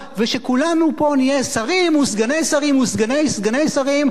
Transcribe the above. ושכולנו פה נהיה שרים וסגני שרים וסגני סגני שרים,